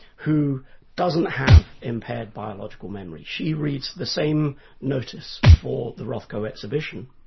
who doesn't have impaired biological memory. she reads the same notice for the rothko exhibition,